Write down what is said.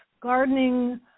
gardening